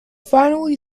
finally